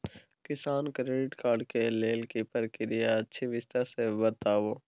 किसान credit card के लेल की प्रक्रिया अछि विस्तार से बताबू?